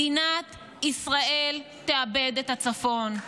מדינת ישראל תאבד את הצפון.